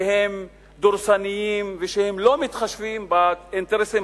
שהם דורסניים והם לא מתחשבים באינטרסים